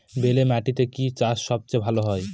বেলে মাটিতে কি চাষ সবচেয়ে ভালো হয়?